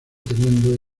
teniendo